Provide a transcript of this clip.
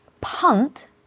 punt